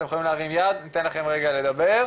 אתם יכולים להרים יד ניתן לכם רגע לדבר.